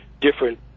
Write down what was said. different